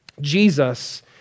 Jesus